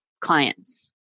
clients